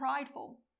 prideful